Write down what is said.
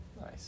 Nice